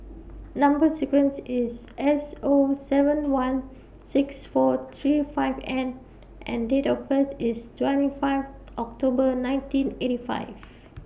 Number sequence IS S O seven one six four three five N and Date of birth IS twenty five October nineteen eighty five